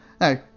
no